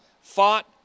fought